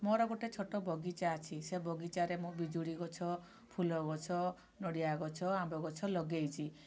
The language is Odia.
ମୋର ଗୋଟେ ଛୋଟ ବଗିଚା ଅଛି ସେ ବଗିଚାରେ ମୁଁ ପିଜୁଳି ଗଛ ଫୁଲ ଗଛ ନଡ଼ିଆ ଗଛ ଆମ୍ବ ଗଛ ଲଗେଇଛି